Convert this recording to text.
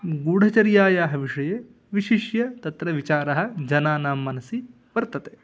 गूढचर्यायाः विषये विशिष्य तत्र विचारः जनानां मनसि वर्तते